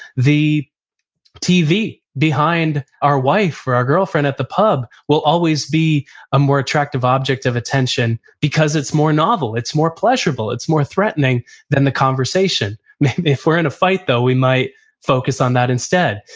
the tv behind our wife or our girlfriend at the pub will always be a more attractive object of attention because it's more novel, it's more pleasurable, it's more threatening than the conversation. if we're in a fight though, we might focus on that instead.